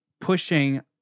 pushing